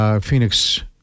Phoenix